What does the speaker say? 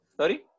sorry